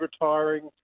retiring